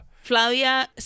Flavia